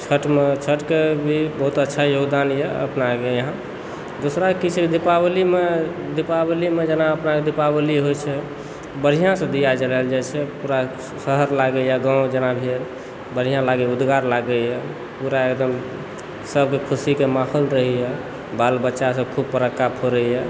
छठिमऽ छठिकेँ भी बहुत अच्छा योगदानए अपना यहाँ दोसरा की छै दीपावलीमे दीपावलीमे जेना अपना दीपावली होइत छै बढ़िआँसँ दिया जरायल जाइ छै पूरा शहर लागैए गाँव जेना जे बढ़िआँ लागैए ऊजियार लागैए पूरा एकदम सभकेँ खुशीके माहौल रहैए बाल बच्चासभ खूब फटक्का फोड़ैए